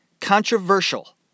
controversial